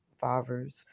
fathers